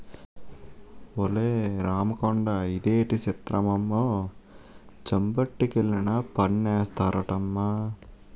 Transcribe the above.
ఒలే రాముకొండా ఇదేటి సిత్రమమ్మో చెంబొట్టుకెళ్లినా పన్నేస్తారటమ్మా